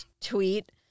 tweet